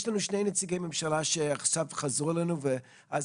יש לנו שני נציגי ממשלה שחזרו אלינו ואז